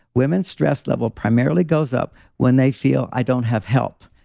women's stress level primarily goes up when they feel i don't have help.